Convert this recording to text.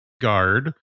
guard